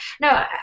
No